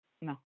no